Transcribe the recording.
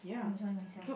enjoy myself